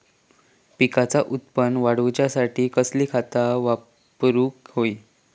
पिकाचा उत्पन वाढवूच्यासाठी कसली खता वापरूक होई?